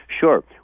Sure